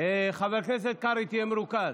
חבר הכנסת קרעי, תהיה מרוכז.